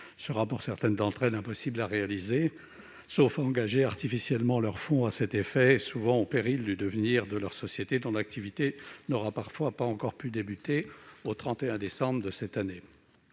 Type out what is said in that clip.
sera pour certaines d'entre elles impossible à tenir, sauf à engager artificiellement leurs fonds à cet effet, et au péril du devenir de la société, dont l'activité n'aura parfois pas encore pu débuter au 31 décembre 2020. Cet